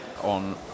on